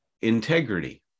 integrity